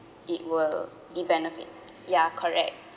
it will be benefit ya correct